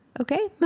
okay